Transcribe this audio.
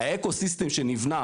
האקו סיסטם שנבנה